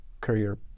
career